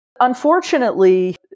unfortunately